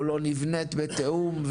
או לא נבנית בתיאום,